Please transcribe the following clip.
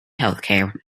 healthcare